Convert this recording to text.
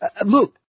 look